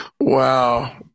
Wow